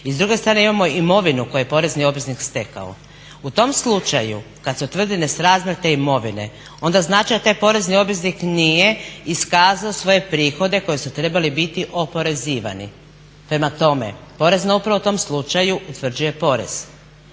I s druge strane imamo imovinu koju je porezni obveznik stekao. U tom slučaju kad se utvrdi nesrazmjer te imovine onda znači da taj porezni obveznik nije iskazao svoje prihode koji su trebali biti oporezivani. Prema tome, Porezna uprava u tom slučaju utvrđuje porez,